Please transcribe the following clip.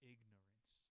Ignorance